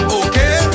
okay